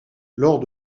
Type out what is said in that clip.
lors